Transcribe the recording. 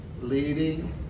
leading